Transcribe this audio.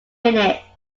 minute